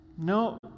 No